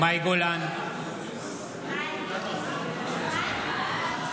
אני מבין שלפני שנעבור להצבעה יש שאלה מהצד.